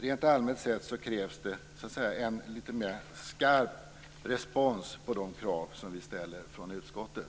Rent allmänt sett krävs det en litet mer skarp respons på de krav som utskottet ställer.